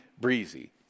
breezy